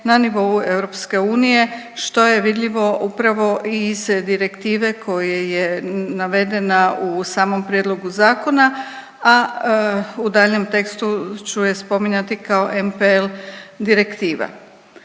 na nivou EU što je vidljivo upravo i iz direktive koja je navedena u samom prijedlogu zakona, a u daljem tekstu ću je spominjati kao NPL direktiva.